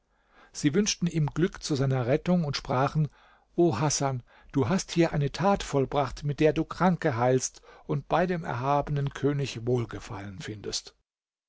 sie wünschten ihm glück zu seiner rettung und sprachen o hasan du hast hier eine tat vollbracht mit der du kranke heilst und bei dem erhabenen könig wohlgefallen findest